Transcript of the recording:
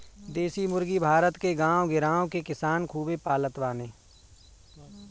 देशी मुर्गी भारत के गांव गिरांव के किसान खूबे पालत बाने